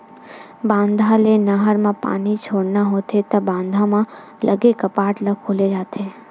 बांधा ले नहर म पानी छोड़ना होथे त बांधा म लगे कपाट ल खोले जाथे